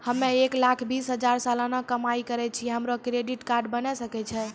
हम्मय एक लाख बीस हजार सलाना कमाई करे छियै, हमरो क्रेडिट कार्ड बने सकय छै?